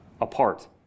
apart